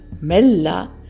Mella